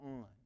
on